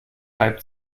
reibt